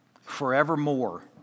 forevermore